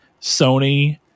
Sony